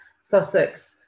Sussex